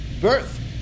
birth